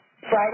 Friday